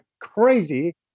crazy